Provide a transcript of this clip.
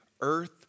earth